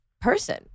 person